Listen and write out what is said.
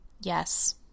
Yes